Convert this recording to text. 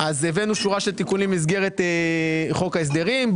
הבאנו שורה של תיקונים במסגרת חוק ההסדרים.